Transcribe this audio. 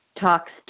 talks